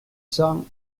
cents